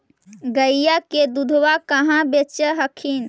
गया के दूधबा कहाँ बेच हखिन?